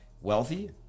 wealthy